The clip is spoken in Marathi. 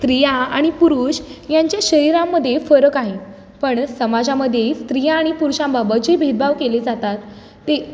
स्त्रिया आणि पुरुष यांच्या शरीरामध्ये फरक आहे पण समाजामधये स्त्रिया आणि पुरुषांबाबत जे भेदभाव केले जातात ते